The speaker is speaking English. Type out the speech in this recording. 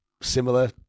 similar